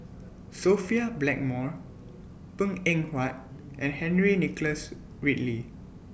Sophia Blackmore Png Eng Huat and Henry Nicholas Ridley